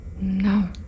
No